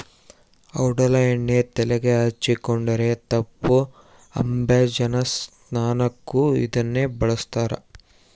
ಔಡಲ ಎಣ್ಣೆ ತೆಲೆಗೆ ಹಚ್ಚಿಕೊಂಡರೆ ತಂಪು ಅಭ್ಯಂಜನ ಸ್ನಾನಕ್ಕೂ ಇದನ್ನೇ ಬಳಸ್ತಾರ